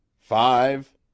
five